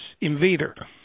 invader